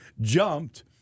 jumped